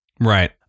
Right